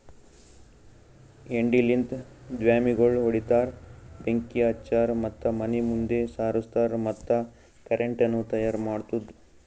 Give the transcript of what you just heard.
ಹೆಂಡಿಲಿಂತ್ ದ್ವಾಮಿಗೋಳ್ ಹೊಡಿತಾರ್, ಬೆಂಕಿ ಹಚ್ತಾರ್ ಮತ್ತ ಮನಿ ಮುಂದ್ ಸಾರುಸ್ತಾರ್ ಮತ್ತ ಕರೆಂಟನು ತೈಯಾರ್ ಮಾಡ್ತುದ್